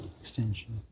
Extension